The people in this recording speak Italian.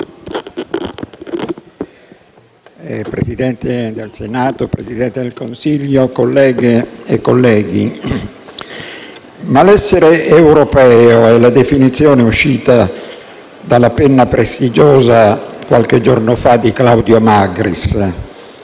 Presidente del Senato, signor Presidente del Consiglio, colleghe e colleghi, malessere europeo è la definizione uscita dalla penna prestigiosa di Claudio Magris,